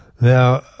Now